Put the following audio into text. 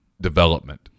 development